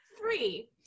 Three